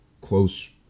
close